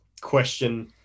question